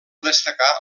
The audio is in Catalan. destacar